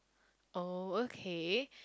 oh okay